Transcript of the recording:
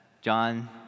John